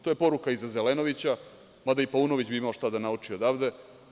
To je poruka i za Zelenovića, mada i Paunović bi imao šta da nauči odavde.